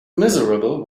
miserable